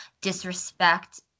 disrespect